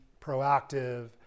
proactive